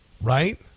Right